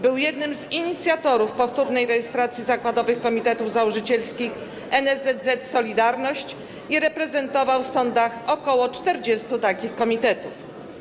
Był jednym z inicjatorów powtórnej rejestracji zakładowych komitetów założycielskich NSZZ „Solidarność” i reprezentował w sądach ok. 40 takich komitetów.